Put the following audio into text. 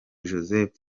joseph